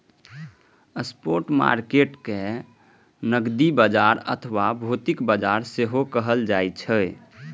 spot market कें नकदी बाजार अथवा भौतिक बाजार सेहो कहल जाइ छै